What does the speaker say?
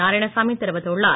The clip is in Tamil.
நாராயணசாமி தெரிவித்துள்ளார்